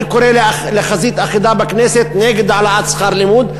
אני קורא לחזית אחידה בכנסת נגד העלאת שכר לימוד.